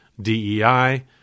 DEI